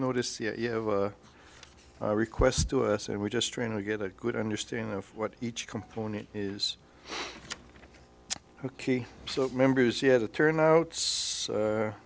noticed you have a request to us and we're just trying to get a good understanding of what each component is ok so members you had to turn out